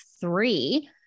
three